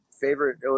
favorite